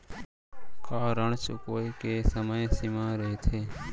का ऋण चुकोय के समय सीमा रहिथे?